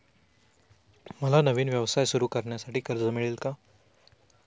मला नवीन व्यवसाय सुरू करण्यासाठी कर्ज मिळेल का?